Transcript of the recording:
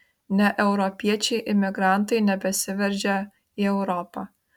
ne europiečiai imigrantai nebesiveržia į europą